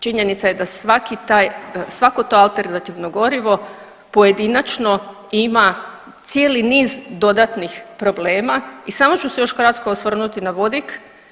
Činjenica je da svako to alternativno gorivo pojedinačno ima cijeli niz dodatnih problema i samo ću se još kratko osvrnuti na vodik.